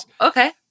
okay